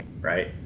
right